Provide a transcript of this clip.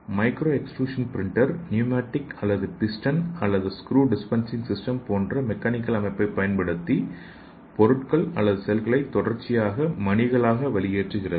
micro extrusion printer pneumatic அல்லது piston அல்லது screw dispensing system போன்ற மெக்கானிக்கல் அமைப்பை பயன்படுத்தி பொருட்கள் அல்லது செல்களை தொடர்ச்சியான மணிகளாக வெளியேற்றுகிறது